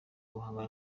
guhanga